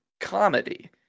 comedy